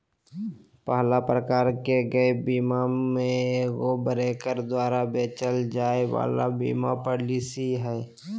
पहला प्रकार के गैप बीमा मे एगो ब्रोकर द्वारा बेचल जाय वाला बीमा पालिसी हय